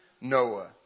Noah